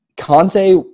Conte –